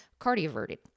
cardioverted